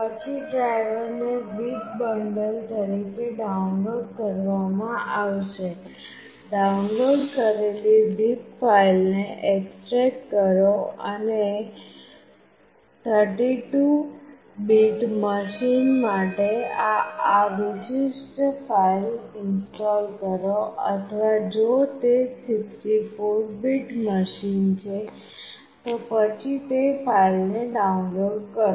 પછી ડ્રાઇવરને zip bundle તરીકે ડાઉનલોડ કરવામાં આવશે ડાઉનલોડ કરેલી ઝિપ ફાઇલને એક્સટ્રેક્ટ કરો અને 32 બીટ મશીન માટે આ વિશિષ્ટ ફાઇલ ઇન્સ્ટોલ કરો અથવા જો તે 64 બીટ મશીન છે તો પછી તે ફાઇલ ને ડાઉનલોડ કરો